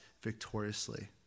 victoriously